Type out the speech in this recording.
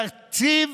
תקציב,